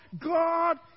God